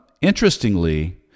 interestingly